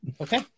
Okay